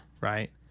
Right